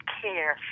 care